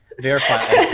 verify